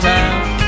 town